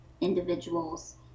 individuals